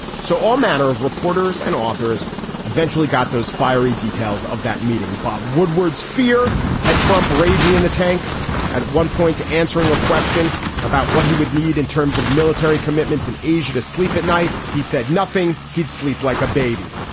so all manner of reporters and authors eventually got those fiery details of that meeting. bob woodward's fear had trump raging in the tank at one point, answering a question about what he would need in terms of military commitments in asia to sleep at night. he said nothing. he'd sleep like a baby.